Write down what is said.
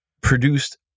produced